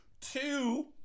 Two